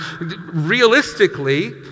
realistically